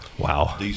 Wow